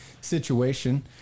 situation